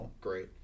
Great